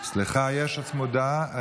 יש הצעה צמודה.